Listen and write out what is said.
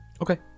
Okay